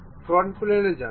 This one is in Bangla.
ফ্রন্ট প্লেনে যান